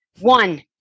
One